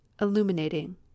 illuminating